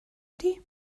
ydy